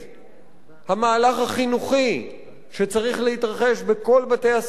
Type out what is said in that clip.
המהלך החינוכי שצריך להתרחש בכל בתי-הספר במדינה.